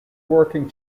working